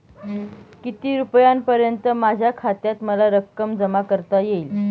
किती रुपयांपर्यंत माझ्या खात्यात मला रक्कम जमा करता येईल?